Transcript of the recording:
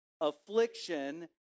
affliction